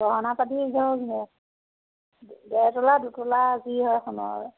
গহনা পাতি ধৰক ডেৰ তোলা দুতোলা যি হয় সোণৰ